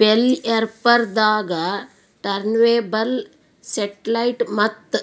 bell wrapper ದಾಗಾ turntable satellite ಮತ್ತ್